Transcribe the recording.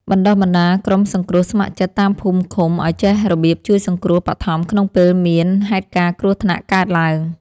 បណ្ដុះបណ្ដាលក្រុមសង្គ្រោះស្ម័គ្រចិត្តតាមភូមិឃុំឱ្យចេះរបៀបជួយសង្គ្រោះបឋមក្នុងពេលមានហេតុការណ៍គ្រោះថ្នាក់កើតឡើង។